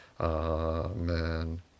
Amen